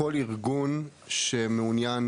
כל ארגון שמעוניין